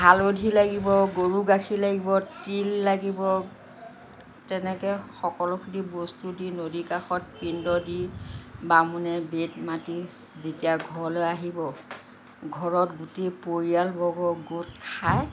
হালধি লাগিব গৰু গাখীৰ লাগিব তিল লাগিব তেনেকৈ সকলোখিনি বস্তু দি নদীৰ কাষত পিণ্ড দি বামুণে বেদ মাতি যেতিয়া ঘৰলৈ আহিব ঘৰত গোটেই পৰিয়ালবৰ্গ গোট খাই